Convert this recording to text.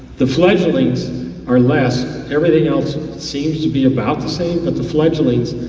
the fledglings are less, everything else seems to be about the same, but the fledglings